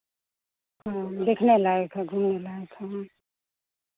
हाँ देखने लायक है घूमने लायक है हाँ